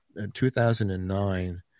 2009